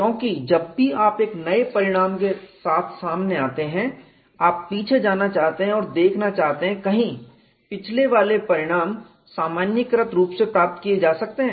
क्योंकि जब भी आप एक नए परिणाम के साथ सामने आते हैं आप पीछे जाना चाहते हैं और देखना चाहते हैं कहीं पिछले वाले परिणाम सामान्यीकृत रूप से प्राप्त किए जा सकते हैं